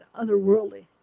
otherworldly